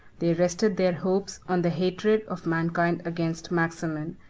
they rested their hopes on the hatred of mankind against maximin,